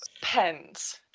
pens